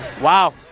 Wow